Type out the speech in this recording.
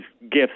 gifts